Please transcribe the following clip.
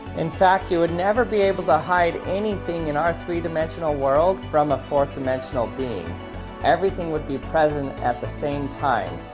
in fact, you would never be able to hide anything in our three-dimensional world from a fourth dimensional being everything would be present at the same time.